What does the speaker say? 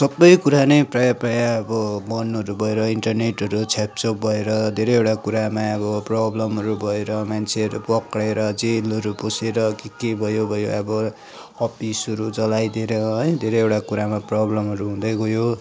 सबै कुरा नै प्राय प्राय अब बन्दहरू भएर इन्टरनेटहरू छ्यापछुप भएर धेरैओवटा कुरामा अब प्रब्लमहरू भएर मान्छेहरू पक्रिएर जेलहरू पसेर के के भयो भयो अब अपिसहरू जलाइदिएर है धेरैवटा कुरामा प्रब्लमहरू हुँदै गयो